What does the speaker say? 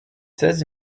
seize